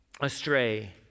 astray